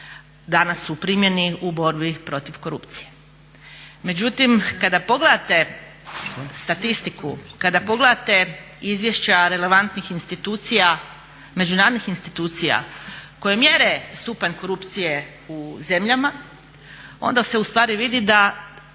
danas u primjeni u borbi protiv korupcije. Međutim, kada pogledate statistiku, kada pogledate izvješća relevantnih institucija, međunarodnih institucija koje mjere stupanj korupcije u zemljama, onda se u stvari vidi da